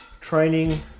training